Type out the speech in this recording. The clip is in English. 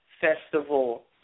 Festival